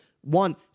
One